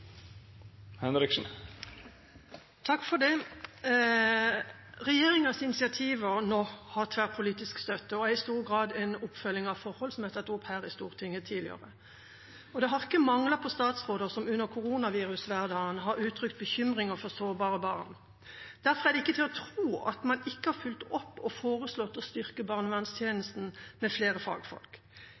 tiltak for å forbedre barnevernet. Det vert replikkordskifte. Regjeringas initiativ nå har tverrpolitisk støtte og er i stor grad en oppfølging av forhold som er tatt opp i Stortinget tidligere. Det har ikke manglet på statsråder som under koronavirushverdagen har uttrykt bekymring over sårbare barn. Derfor er det ikke til å tro at man ikke har fulgt opp og foreslått å styrke barnevernstjenesten med flere fagfolk.